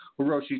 Hiroshi